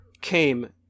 came